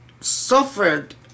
suffered